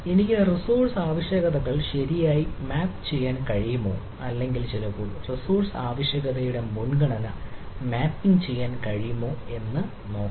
എനിക്ക് റിസോഴ്സ് ആവശ്യകതകൾ ശരിയായി മാപ്പ് ചെയ്യാൻ കഴിയുമോ അല്ലെങ്കിൽ ചിലപ്പോൾ റിസോഴ്സ് ആവശ്യകതയുടെ മുൻഗണന മാപ്പിംഗ് ചെയ്യാൻ കഴിയുമോ എന്നത് നോക്കാം